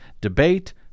debate